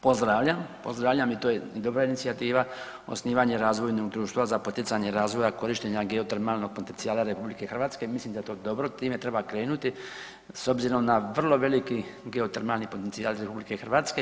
Pozdravljam, pozdravljam i to je dobra inicijativa osnivanje razvojnog društva za poticanje razvoja korištenja geotermalnog potencijala RH, mislim da je to dobro, time treba krenuti s obzirom na vrlo veliki geotermalni potencijal RH.